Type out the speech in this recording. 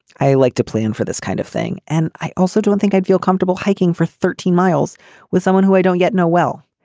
i like to plan for this kind of thing. and i also don't think i'd feel comfortable hiking for thirty miles with someone who i don't yet know. well,